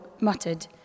muttered